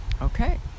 Okay